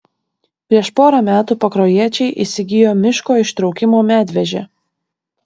prieš pora metų pakruojiečiai įsigijo miško ištraukimo medvežę